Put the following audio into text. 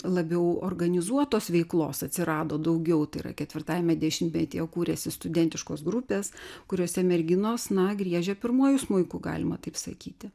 labiau organizuotos veiklos atsirado daugiau tai yra ketvirtajame dešimtmetyje kūrėsi studentiškos grupės kuriose merginos na griežia pirmuoju smuiku galima taip sakyti